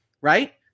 right